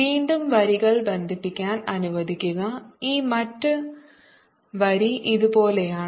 വീണ്ടും വരികൾ ബന്ധിപ്പിക്കാൻ അനുവദിക്കുക ഈ മറ്റ് വരി ഇതുപോലെയാണ്